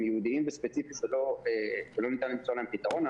ייעודיים וספציפיים ולא ניתן להם למצוא להם פתרון,